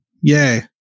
Yay